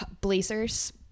Blazers